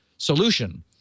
solution